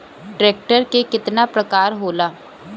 Tractor के केतना प्रकार होला?